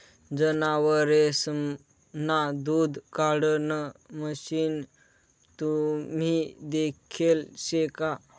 जनावरेसना दूध काढाण मशीन तुम्ही देखेल शे का?